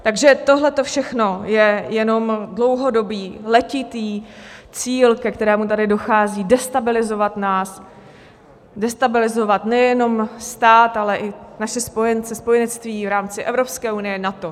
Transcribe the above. Takže tohleto všechno je jenom dlouhodobý, letitý cíl, ke kterému tady dochází, destabilizovat nás, destabilizovat nejenom stát, ale i naše spojence, spojenectví v rámci Evropské unie, NATO.